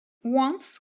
once